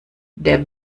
der